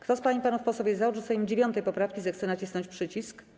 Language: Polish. Kto z pań i panów posłów jest za odrzuceniem 9. poprawki, zechce nacisnąć przycisk.